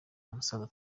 umusaza